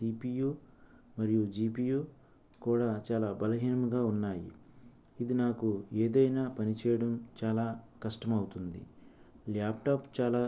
CPU మరియు GPU కూడా చాలా బలహీనంగా ఉన్నాయి ఇది నాకు ఏదైనా పని చేయడం చాలా కష్టమవుతుంది ఈ ల్యాప్టాప్ చాలా